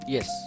Yes